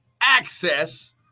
access